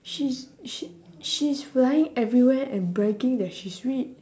she's she she's flying everywhere and bragging that she's rich